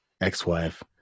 ex-wife